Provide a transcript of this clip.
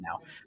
now